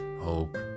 hope